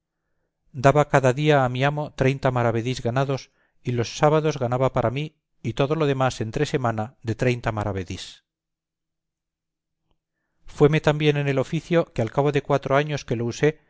daba cada día a mi amo treinta maravedís ganados y los sábados ganaba para mí y todo lo demás entre semana de treinta maravedís fueme tan bien en el oficio que al cabo de cuatro años que lo usé